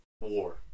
war